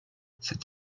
cet